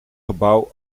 gebouw